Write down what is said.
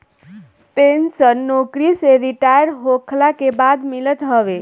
pension नोकरी से retire होखला के बाद मिलत हवे